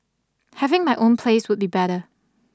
having my own place would be better